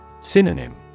Synonym